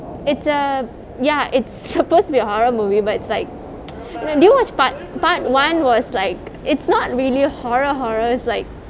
it's a ya it's supposed to be a horror movie but it's like no do you watch par~ part one was like it's not really a horror horror it's like